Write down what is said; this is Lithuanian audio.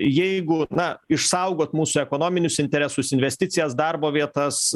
jeigu na išsaugot mūsų ekonominius interesus investicijas darbo vietas